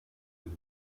roue